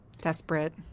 desperate